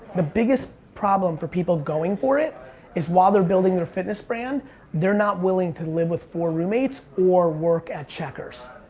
the biggest problem for people going for it is while they're building their fitness brand they're not willing to live with four roommates or work at checkers.